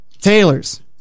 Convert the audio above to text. Taylor's